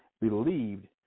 believed